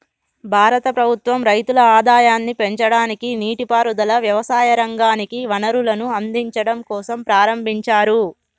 భారత ప్రభుత్వం రైతుల ఆదాయాన్ని పెంచడానికి, నీటి పారుదల, వ్యవసాయ రంగానికి వనరులను అందిచడం కోసంప్రారంబించారు